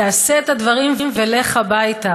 תעשה את הדברים ולך הביתה.